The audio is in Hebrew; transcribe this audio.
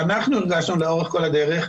שאנחנו הרגשנו לאורך כל הדרך,